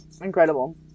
Incredible